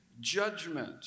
judgment